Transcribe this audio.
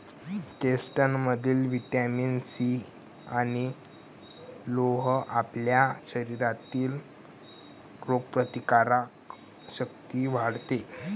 चेस्टनटमधील vitamin C आणि लोह आपल्या शरीरातील रोगप्रतिकारक शक्ती वाढवते